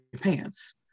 pants